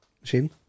machine